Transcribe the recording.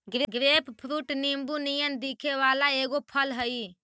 grapefruit नींबू नियन दिखे वला एगो फल हई